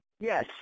Yes